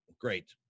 Great